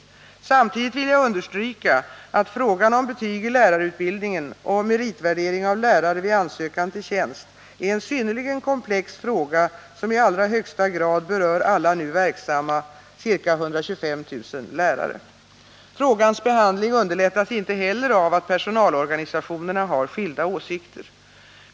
Måndagen den Samtidigt vill jag understryka att frågan om betyg i lärarutbildningen och 19 maj 1980 meritvärdering av lärare vid ansökan till tjänst är en synnerligen komplex fråga, som i allra högsta grad berör alla nu verksamma, ca 125 000, lärare. Frågans behandling underlättas inte heller av att personalorganisationerna har skilda åsikter.